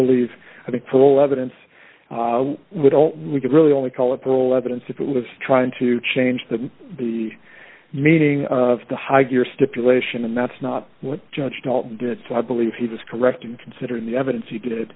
believe i mean full evidence we don't we can really only call it parole evidence if it was trying to change the the meaning of the high gear stipulation and that's not what judge did so i believe he was correct in considering the evidence he did